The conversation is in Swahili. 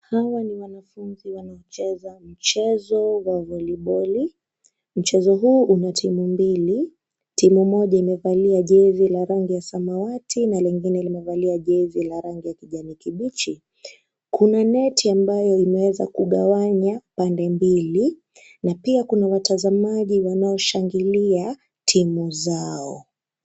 Hawa ni wanafunzi wanaocheza mchezo wa voliboli, mchezo huu una timu mbili, timu moja imevalia jezi la rangi ya samawati na lingine limevalia jezi la rangi ya kijani kibichi. Kuna neti ambayo imeweza kugawanya pande mbili na pia kuna watazamaji wanaoshangilia timu zao.